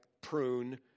prune